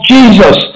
Jesus